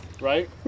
right